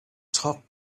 talk